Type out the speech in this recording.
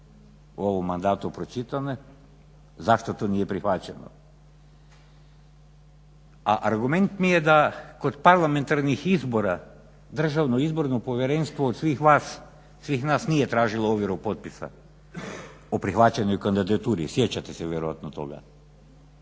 u ovom mandatu prilike pročitati zašto to nije prihvaćeno. A argument mi je da kod parlamentarnih izbora DIP od svih nas nije tražilo ovjeru potpisa o prihvaćanju kandidature sjećate se vjerojatno toga.